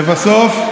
לבסוף,